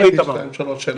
מר לייזר, אמרת